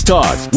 Talk